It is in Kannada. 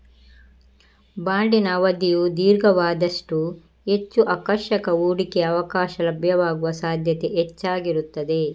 ಬಾಂಡಿನ ಅವಧಿಯು ದೀರ್ಘವಾದಷ್ಟೂ ಹೆಚ್ಚು ಆಕರ್ಷಕ ಹೂಡಿಕೆಯ ಅವಕಾಶ ಲಭ್ಯವಾಗುವ ಸಾಧ್ಯತೆ ಹೆಚ್ಚಾಗಿರುತ್ತದೆ